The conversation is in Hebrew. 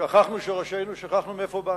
שכחנו שורשינו, שכחנו מאיפה באנו.